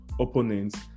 opponents